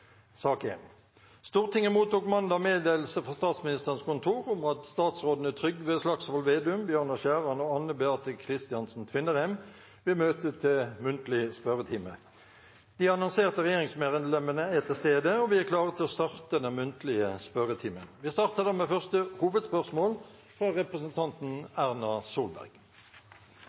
Stortinget mottok mandag meddelelse fra Statsministerens kontor om at statsrådene Trygve Slagsvold Vedum, Bjørnar Skjæran og Anne Beathe Kristiansen Tvinnereim vil møte til muntlig spørretime. De annonserte regjeringsmedlemmene er til stede, og vi er klare til å starte den muntlige spørretimen. Vi starter da med første hovedspørsmål, fra representanten Erna Solberg.